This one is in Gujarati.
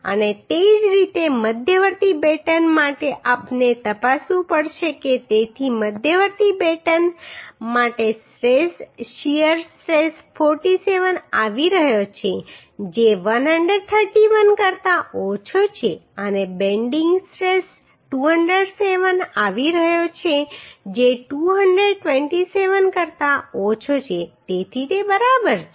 અને તે જ રીતે મધ્યવર્તી બેટન માટે આપણે તપાસવું પડશે તેથી મધ્યવર્તી બેટન માટે સ્ટ્રેસ શીયર સ્ટ્રેસ 47 આવી રહ્યો છે જે 131 કરતા ઓછો છે અને બેન્ડિંગ સ્ટ્રેસ 207 આવી રહ્યો છે જે 227 કરતા ઓછો છે તેથી તે બરાબર છે